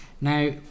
now